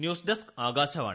news desk Akashvani